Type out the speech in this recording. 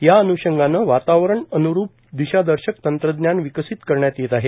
या अन्षंगाने वातावरण अनुरूप दिशादर्शक तंत्रज्ञान विकसित करण्यात येत आहे